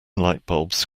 lightbulbs